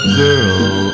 girl